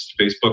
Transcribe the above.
Facebook